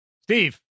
Steve